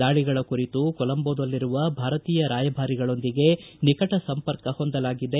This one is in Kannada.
ದಾಳಿಗಳ ಕುರಿತು ಕೋಲಂಬೋದಲ್ಲಿರುವ ಭಾರತೀಯ ರಾಯಭಾರಿಗಳೊಂದಿಗೆ ನಿಕಟ ಸಂಪರ್ಕ ಹೊಂದಲಾಗಿದೆ